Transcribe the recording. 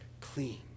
clean